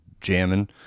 jamming